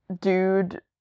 dude